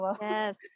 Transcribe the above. yes